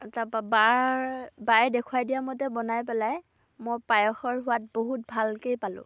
তাৰ পৰা বাৰ বায়ে দেখুৱাই দিয়া মতে বনাই পেলাই মই পায়সৰ সোৱাদ বহুত ভালকেই পালোঁ